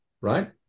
right